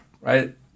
right